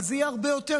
אבל זה יהיה הרבה יותר,